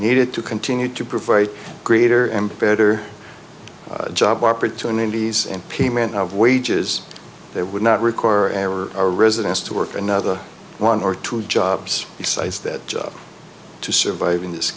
needed to continue to provide greater and better job opportunities in payment of wages they would not require a residence to work another one or two jobs besides that job to survive in this